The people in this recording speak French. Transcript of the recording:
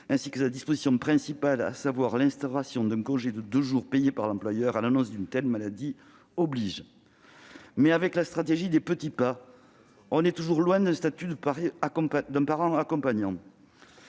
ainsi que sa disposition principale, à savoir l'instauration d'un congé de deux jours payé par l'employeur à l'annonce d'une telle maladie, oblige. Reste que, avec la stratégie des petits pas, on est toujours loin d'un statut de parent accompagnant.